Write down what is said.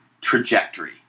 trajectory